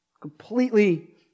Completely